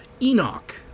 Enoch